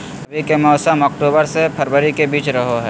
रबी के मौसम अक्टूबर से फरवरी के बीच रहो हइ